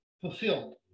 fulfilled